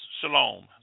Shalom